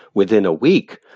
within a week,